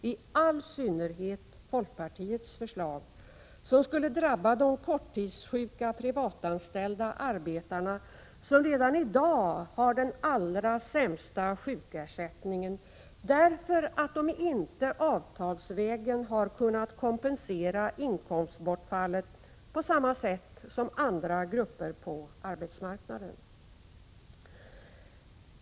I all synnerhet gör folkpartiets förslag det, som skulle drabba de korttidssjuka privatanställda arbetarna, som redan i dag har den allra sämsta sjukersättningen, därför att de inte avtalsvägen har kunnat kompensera inkomstbortfallet på samma sätt som andra grupper på arbetsmarknaden.